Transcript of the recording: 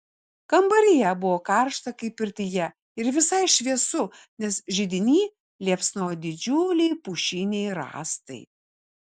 kambaryje buvo karšta kaip pirtyje ir visai šviesu nes židiny liepsnojo didžiuliai pušiniai rąstai